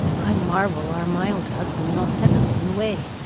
i marvel our mild husband not met us on the way.